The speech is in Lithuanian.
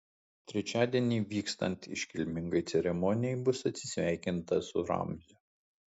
trečiadienį vykstant iškilmingai ceremonijai bus atsisveikinta su ramziu